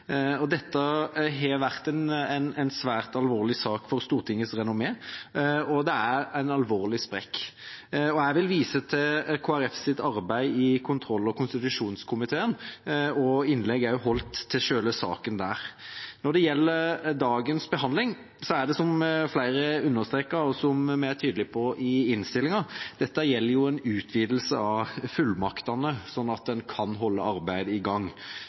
Dette har vært en svært alvorlig sak for Stortingets renommé, og det er en alvorlig sprekk. Jeg vil vise til Kristelig Folkepartis arbeid i kontroll- og konstitusjonskomiteen og innlegg holdt om selve saken der. Når det gjelder dagens behandling – det er det flere som understreker og som vi er tydelig på i innstillingen – gjelder dette en utvidelse av fullmaktene, sånn at en kan holde arbeidet i gang.